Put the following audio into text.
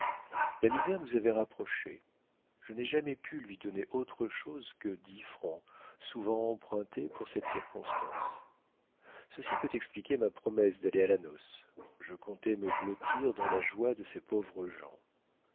la misère nous avait rapprochés je n'ai jamais pu lui donner autre chose que dix francs souvent empruntés pour cette circonstance ceci peut expliquer ma promesse d'aller à la noce je comptais me blottir dans la joie de ces pauvres gens